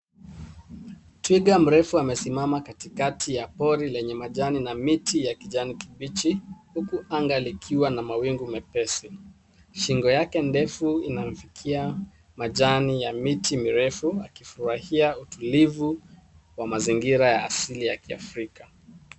Twiga mrefu amesimama katikati ya pori lenye majani na miti ya kijani kibichi huku anga likiwa na mawingu mepesi. Shingo yake ndefu inafikia majani ya miti mirefu akifurahia utulivu wa mazingira ya asili ya kiafrika.